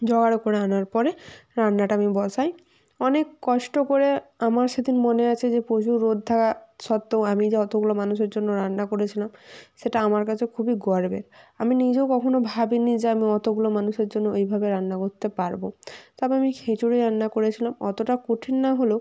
জোগাড় করে আনার পরে রান্নাটা আমি বসাই অনেক কষ্ট করে আমার সেদিন মনে আছে যে প্রচুর রোদ থাকা সত্ত্বেও আমি যতোগুলো মানুষের জন্য রান্না করেছিলাম সেটা আমার কাছে খুবই গর্বের আমি নিজেও কখনো ভাবি নি যে আমি অতোগুলো মানুষের জন্য ওইভাবে রান্না করতে পারবো তারপরে আমি খিচুড়ি রান্না করেছিলাম অতোটা কঠিন নাহলেও